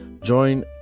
join